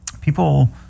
People